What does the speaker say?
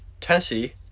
Tennessee